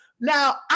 now